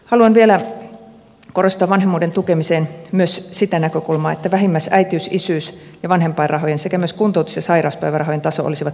haluan vielä korostaa vanhemmuuden tukemiseen myös sitä näkökulmaa että vähimmäisäitiys isyys ja vanhempainrahojen sekä myös kuntoutus ja sairauspäivärahojen taso olisivat työmarkkinatuen tasolla